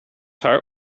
heart